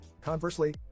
Conversely